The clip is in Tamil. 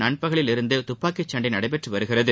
நண்பகலில் இருந்து துப்பாக்கிச் சண்டை நடைபெற்று வருகிறது